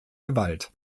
gewalt